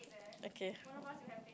okay